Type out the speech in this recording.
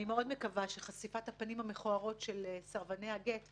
אני מאוד מקווה שחשיפת הפנים המכוערות של סרבני הגט תביא,